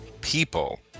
people